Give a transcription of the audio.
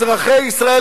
אזרחי ישראל